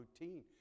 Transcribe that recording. routine